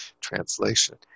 translation